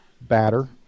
batter